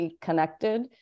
connected